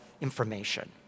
information